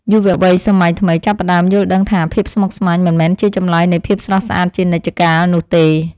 យុវវ័យសម័យថ្មីចាប់ផ្តើមយល់ដឹងថាភាពស្មុគស្មាញមិនមែនជាចម្លើយនៃភាពស្រស់ស្អាតជានិច្ចកាលនោះទេ។